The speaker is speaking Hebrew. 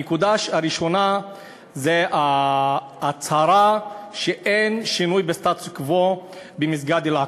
הנקודה הראשונה היא ההצהרה שאין שינוי בסטטוס-קוו במסגד אל-אקצא.